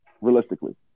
realistically